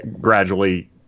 gradually